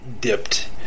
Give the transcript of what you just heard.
dipped